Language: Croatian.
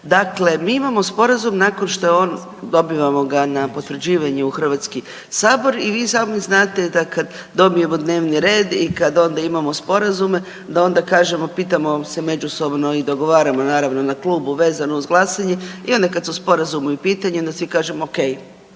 Dakle mi imamo sporazum nakon što je on, dobivamo ga na potvrđivanje u Hrvatski sabor i vi sami znate da kada dobijemo dnevni red i kada onda imamo sporazume da onda kažemo, pitamo se međusobno i dogovaramo naravno na klubu vezano uz glasanje i onda kada su sporazumi u pitanju onda svi kažemo ok,